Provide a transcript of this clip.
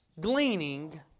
gleaning